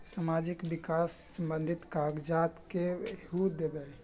समाजीक विकास संबंधित कागज़ात केहु देबे?